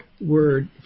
word